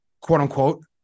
quote-unquote